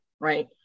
right